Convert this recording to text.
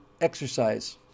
exercise